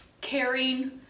Caring